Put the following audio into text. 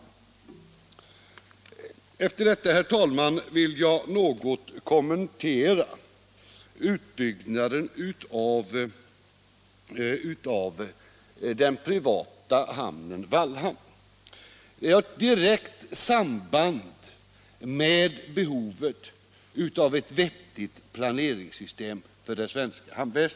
Tisdagen den Efter detta, herr talman, vill jag något kommentera utbyggnaden av 1 februari 1977 den privata hamnen Wallhamn. Detta har ett direkt samband med bes LL hovet av ett vettigt planeringssystem för det svenska hamnväsendet.